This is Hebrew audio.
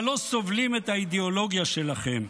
אבל לא סובלים את האידיאולוגיה שלכם.